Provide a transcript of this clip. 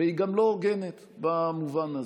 והיא גם לא הוגנת, במובן הזה,